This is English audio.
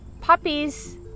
puppies